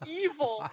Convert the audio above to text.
evil